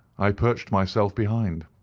i perched myself behind.